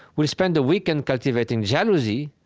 we'll spend a weekend cultivating jealousy,